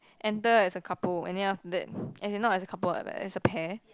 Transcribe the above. enter as a couple and then after that as in not as a couple but as a pair